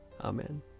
Amen